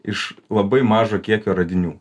iš labai mažo kiekio radinių